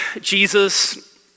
Jesus